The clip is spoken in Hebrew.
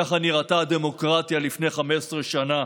ככה נראתה הדמוקרטיה לפני 15 שנה,